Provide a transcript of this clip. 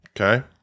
Okay